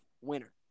winner